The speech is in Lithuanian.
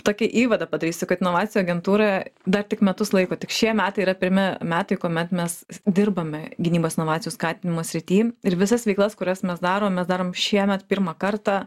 tokį įvadą padarysiu kad inovacijų agentūra dar tik metus laiko tik šie metai yra pirmi metai kuomet mes dirbame gynybos inovacijų skatinimo srity ir visas veiklas kurias mes darom mes darom šiemet pirmą kartą